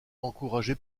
encouragé